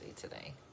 today